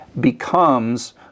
becomes